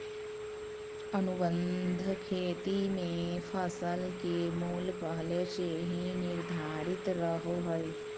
अनुबंध खेती मे फसल के मूल्य पहले से ही निर्धारित रहो हय